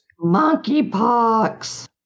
Monkeypox